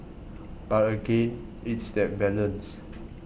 but again it's that balance